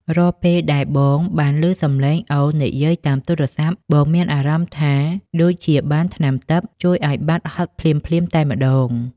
រាល់ពេលដែលបងបានឮសម្លេងអូននិយាយតាមទូរស័ព្ទ បងមានអារម្មណ៍ថាដូចជាបានថ្នាំទិព្វជួយឱ្យបាត់ហត់ភ្លាមៗតែម្តង។